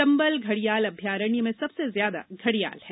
चंबल घडियाल अभ्यारण्य में संबसे ज्यादा घडियाल है